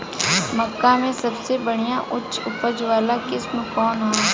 मक्का में सबसे बढ़िया उच्च उपज वाला किस्म कौन ह?